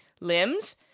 limbs